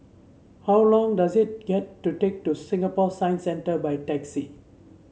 how long does it get to take to Singapore Science Centre by taxi